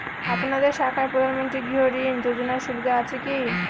আপনাদের শাখায় প্রধানমন্ত্রী গৃহ ঋণ যোজনার সুবিধা আছে কি?